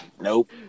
Nope